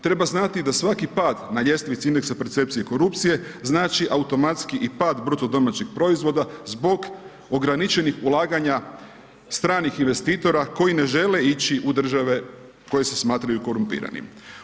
Treba znati i da svaki pad na ljestvici indeksa percepcije korupcije znači automatski i pad bruto domaćeg proizvoda zbog ograničenih ulaganja stranih investitora koji ne žele ići u države koje se smatraju korumpiranim.